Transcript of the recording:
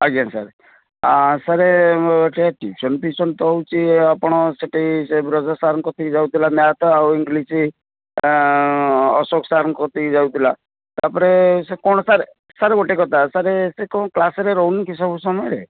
ଆଜ୍ଞା sir sir ସିଏ tuition ଫ୍ୟୁସନ ତ ହେଉଛି ଆପଣ ସେଠି ସେ ବ୍ରଜ ସାରଙ୍କ ପାଖକୁ ଯାଉଥିଲା ସେ ମ୍ୟାଥ ଆଉ ଇଂଲିଶ ଅଶୋକ ସାରଙ୍କ କତିକି ଯାଉଥିଲା ତାପରେ ସେ କ'ଣ ସାର ସାର ଗୋଟେ କଥା ସାର ସେ କ'ଣ କ୍ଲାସରେ ରହୁନିକି ସାର ସବୁ ସମୟରେ